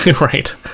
right